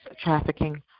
trafficking